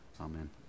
Amen